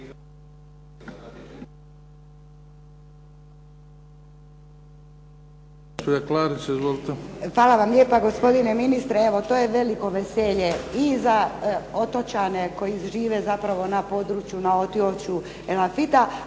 Hvala vam lijepa gospodine ministre. Evo, to je veliko veselje i za otočane koji žive zapravo na području, na otočju Elafita,